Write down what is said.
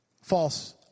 false